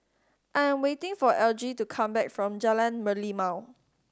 I am waiting for Algie to come back from Jalan Merlimau